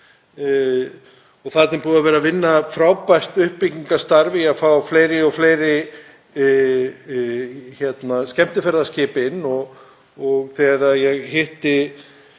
Þarna er búið að vera að vinna frábært uppbyggingarstarf við að fá fleiri og fleiri skemmtiferðaskip inn. Þegar ég hitti